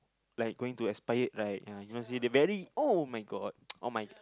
like going to expired right ya you want see the very [oh]-my-god oh my